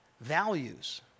values